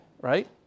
right